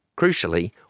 Crucially